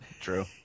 True